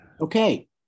Okay